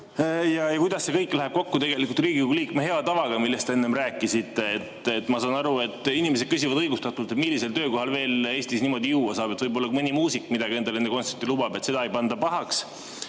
Ja kuidas see kõik läheb kokku Riigikogu liikme hea tavaga, millest te enne rääkisite? Ma saan aru, et inimesed küsivad õigustatult, millisel töökohal veel Eestis niimoodi juua saab. Võib-olla mõni muusik midagi endale enne kontserti lubab, seda ei panda pahaks.